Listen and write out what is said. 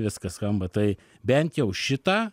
viskas skamba tai bent jau šitą